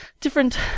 different